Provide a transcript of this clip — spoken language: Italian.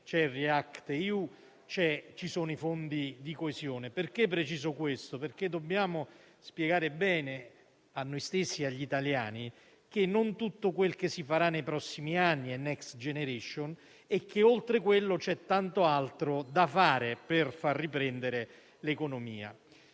c'è il React-EU, ci sono i Fondi di coesione. Preciso questo, perché dobbiamo spiegare bene a noi stessi e agli italiani che non tutto quel che si farà nei prossimi anni è Next generation EU e che, oltre quello, c'è tanto altro da fare per far riprendere l'economia.